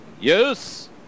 Yes